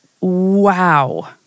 Wow